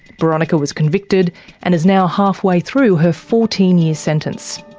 boronika was convicted and is now halfway through her fourteen year sentence.